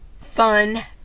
fun